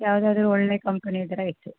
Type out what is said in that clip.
ಯಾವುದಾದ್ರೂ ಒಳ್ಳೆಯ ಕಂಪನಿ ಇದ್ರೆ ಆಯಿತು